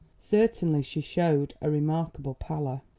certainly she showed a remarkable pallor.